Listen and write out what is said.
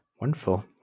Wonderful